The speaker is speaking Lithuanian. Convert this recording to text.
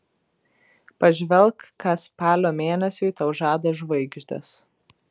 pažvelk ką spalio mėnesiui tau žada žvaigždės